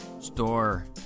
Store